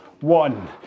one